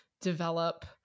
develop